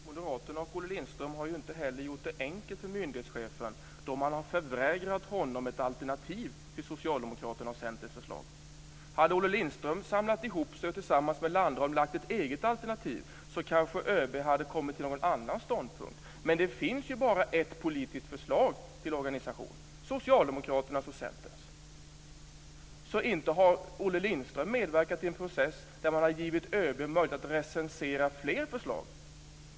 Fru talman! Moderaterna och Olle Lindström har inte heller gjort det enkelt för myndighetschefen då man har förvägrat honom ett alternativ till Socialdemokraternas och Centerns förslag. Hade Olle Lindström samlat sig och tillsammans med Henrik Landerholm lagt fram ett eget alternativ skulle ÖB kanske ha kommit till en annan ståndpunkt. Det finns ju bara ett politiskt förslag till organisation, nämligen Socialdemokraternas och Centerns, så inte har Olle Lindström medverkat till en process där ÖB givits möjlighet att recensera fler förslag.